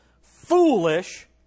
foolish